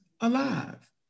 alive